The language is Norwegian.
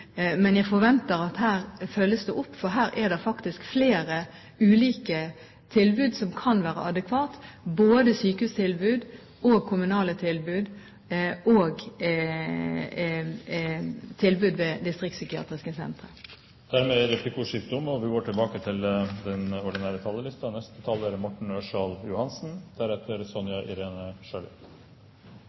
men jeg forventer at det her følges opp, for her er det faktisk flere ulike tilbud som kan være adekvate, både sykehustilbud, kommunale tilbud og tilbud ved distriktspsykiatriske sentre. Replikkordskiftet er omme.